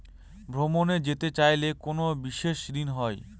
ভ্রমণে যেতে চাইলে কোনো বিশেষ ঋণ হয়?